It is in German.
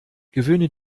gewöhne